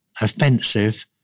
offensive